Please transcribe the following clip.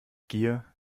gier